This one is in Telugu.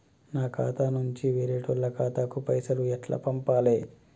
నా ఖాతా నుంచి వేరేటోళ్ల ఖాతాకు పైసలు ఎట్ల పంపాలే?